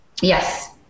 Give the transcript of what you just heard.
Yes